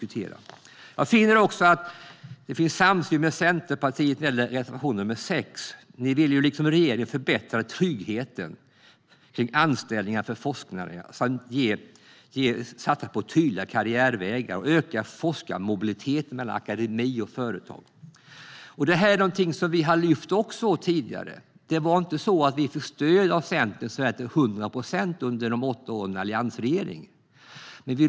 Jag finner också att det finns en samsyn med Centerpartiet när det gäller reservation nr 6. Ni vill liksom regeringen förbättra tryggheten i anställningar för forskare och satsa på tydliga karriärvägar. Ni vill också öka forskarmobiliteten mellan akademi och företag. Detta har vi också lyft upp tidigare, men vi fick knappast hundraprocentigt stöd av Centern under alliansregeringen.